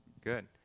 Good